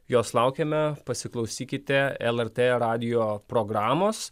jos laukiame pasiklausykite lrt radijo programos